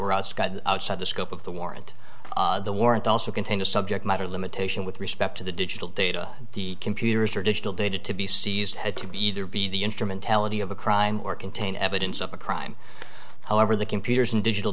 were outside the scope of the warrant the warrant also contained a subject matter limitation with respect to the digital data the computers or digital data to be seized had to be either be the instrumentality of a crime or contain evidence of a crime however the computers and digital